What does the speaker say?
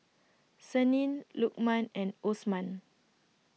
Senin Lukman and Osman